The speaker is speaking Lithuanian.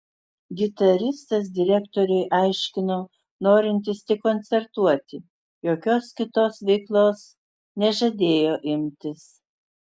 gitaristas direktoriui aiškino norintis tik koncertuoti jokios kitos veiklos nežadėjo imtis